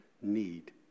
need